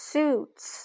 Suits